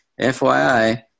FYI